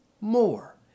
more